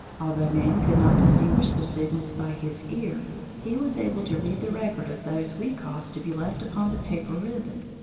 although man could not distinguish the signals by his ear he was able to read the record of those we caused to be left upon the paper ribbon.